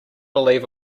believe